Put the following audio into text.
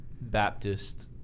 Baptist